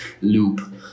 loop